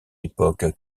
époque